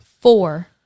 Four